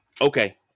Okay